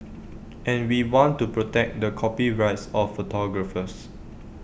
and we want to protect the copyrights of photographers